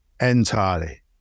entirely